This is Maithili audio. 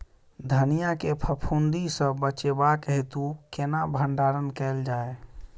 धनिया केँ फफूंदी सऽ बचेबाक हेतु केना भण्डारण कैल जाए?